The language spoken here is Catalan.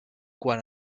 quan